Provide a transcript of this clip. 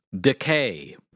Decay